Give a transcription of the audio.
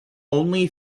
only